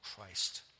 Christ